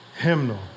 hymnal